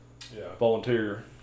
volunteer